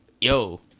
Yo